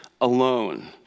alone